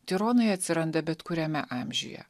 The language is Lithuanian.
tironai atsiranda bet kuriame amžiuje